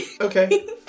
Okay